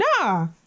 Nah